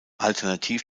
alternativ